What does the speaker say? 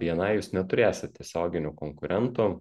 bni jūs neturėsit tiesioginių konkurentų